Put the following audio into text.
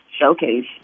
showcase